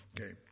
Okay